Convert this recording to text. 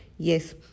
Yes